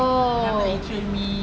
oo